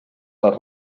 les